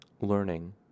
learning